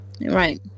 Right